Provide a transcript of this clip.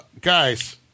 Guys